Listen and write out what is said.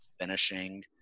finishing